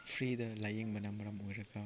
ꯐ꯭ꯔꯤꯗ ꯂꯥꯏꯌꯦꯡꯕꯅ ꯃꯔꯝ ꯑꯣꯏꯔꯒ